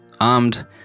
Armed